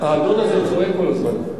האדון הזה צועק כל הזמן.